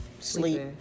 Sleep